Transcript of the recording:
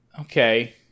Okay